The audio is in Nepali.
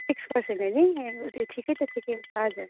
सिक्स पर्सन्टले नि ए ठिकै छ ठिकै छ हजुर